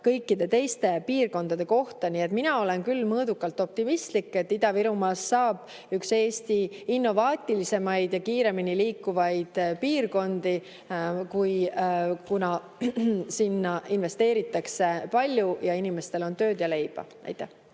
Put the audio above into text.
kõikide piirkondade kohta. Nii et mina olen küll mõõdukalt optimistlik, et Ida-Virumaast saab Eesti üks innovaatilisemaid ja kiiremini liikuvaid piirkondi, kuna sinna investeeritakse palju ja inimestel on tööd ja leiba. Aitäh!